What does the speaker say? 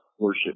worship